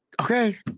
Okay